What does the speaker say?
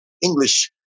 English